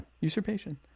usurpation